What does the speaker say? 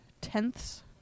tenths